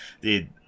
Dude